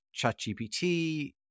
ChatGPT